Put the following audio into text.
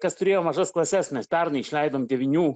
kas turėjo mažas klases mes pernai išleidom devynių